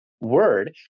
word